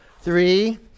Three